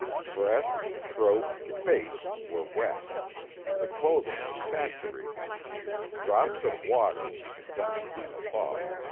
breast, throat, face, were wet the clothing was saturated drops of water, condensed from the fog,